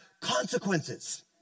consequences